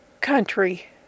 country